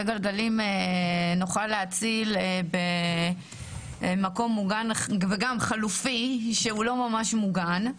גלגלים נוכל להציל במקום מוגן וגם במקום חלופי שהוא לא ממש מוגן.